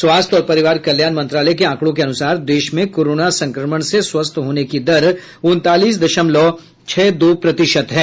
स्वास्थ्य और परिवार कल्याण मंत्रालय के आंकड़ों के अनुसार देश में कोरोना संक्रमण से स्वस्थ होने की दर उनतालीस दशमलव छह दो प्रतिशत है